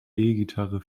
gitarre